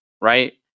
right